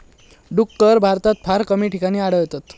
डुक्कर भारतात फार कमी ठिकाणी आढळतत